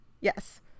yes